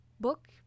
book